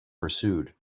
pursued